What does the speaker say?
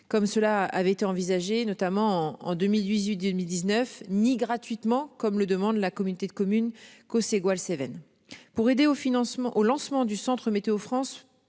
Comme cela avait été envisagé, notamment en 2008 2019 ni gratuitement comme le demande la communauté de commune Causses Aigoual Cévennes pour aider au financement au lancement du Centre météo France